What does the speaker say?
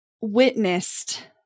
witnessed